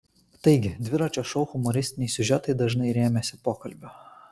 taigi dviračio šou humoristiniai siužetai dažnai rėmėsi pokalbiu